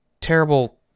terrible